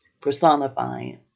personifying